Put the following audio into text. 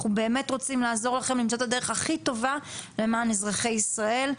אנחנו באמת רוצים לעזור לכם למצוא את הדרך הכי טובה למען אזרחי ישראל,